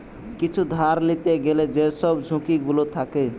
কিছু ধার লিতে গ্যালে যেসব ঝুঁকি গুলো থাকে